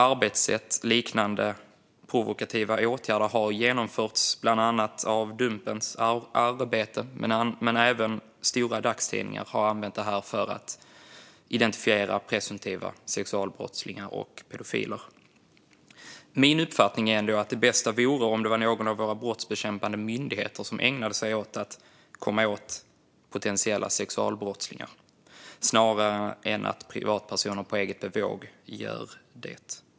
Arbetssätt liknande provokativa åtgärder har genomförts, bland annat i Dumpens arbete. Men även stora dagstidningar har använt det för att identifiera presumtiva sexualbrottslingar och pedofiler. Min uppfattning är ändå att det bästa vore om det var någon av våra brottsbekämpande myndigheter som ägnade sig åt att komma åt potentiella sexualbrottslingar snarare än att privatpersoner gör det på eget bevåg.